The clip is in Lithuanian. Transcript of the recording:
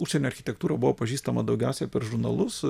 užsienio architektūra buvo pažįstama daugiausiai per žurnalus